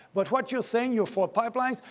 but what you're saying, you're for pipelines,